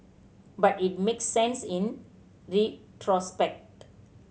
but it make sense in retrospect